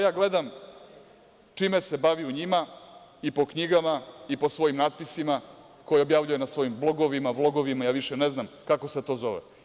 Ja gledam čime se bavi u njima i po knjigama i po svojim natpisima koje objavljuje na svojim blogovima, vlogovima, ja više ne znam kako se to zove.